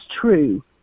true